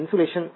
insulation